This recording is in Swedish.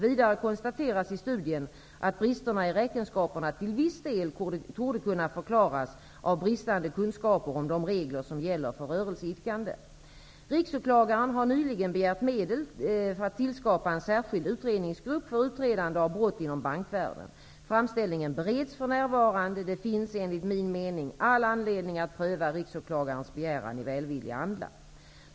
Vidare konstateras i studien att bristerna i räkenskaperna till viss del torde kunna förklaras av bristande kunskaper om de regler som gäller för rörelseidkande. Riksåklagaren har nyligen begärt medel att tillsätta en särskild utredningsgrupp för utredande av brott inom bankvärlden. Framställningen bereds för närvarande. Det finns enligt min mening all anledning att pröva riksåklagarens begäran i välvillig anda.